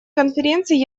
конференции